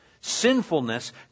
sinfulness